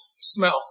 smell